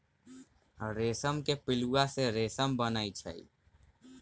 रेशम के पिलुआ से रेशम बनै छै